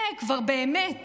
זה כבר באמת